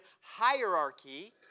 hierarchy